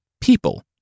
people